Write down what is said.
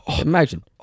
imagine